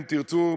אם תרצו,